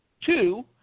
Two